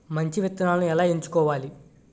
మంచి విత్తనాలను ఎలా ఎంచుకోవాలి?